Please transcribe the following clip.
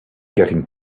getting